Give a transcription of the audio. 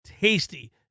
tasty